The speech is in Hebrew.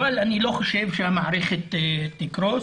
אבל אני לא חושב שהמערכת תקרוס.